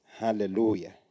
Hallelujah